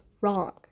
wrong